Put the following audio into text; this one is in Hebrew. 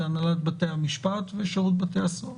זה הנהלת בתי המשפט ושירות בתי הסוהר.